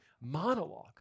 monologue